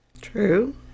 True